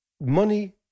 money